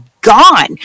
gone